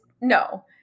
no